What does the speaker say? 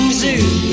zoo